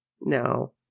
no